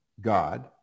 God